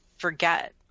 forget